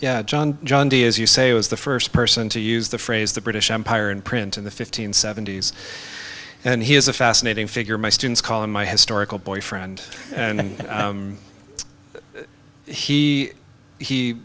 john john di as you say was the first person to use the phrase the british empire in print in the fifteenth seventies and he is a fascinating figure my students call him my historical boyfriend and he he